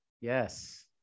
yes